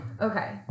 Okay